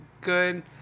good